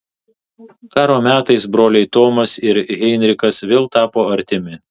karo metais broliai tomas ir heinrichas vėl tapo artimi